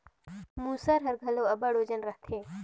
मूसर हर घलो अब्बड़ ओजन रहथे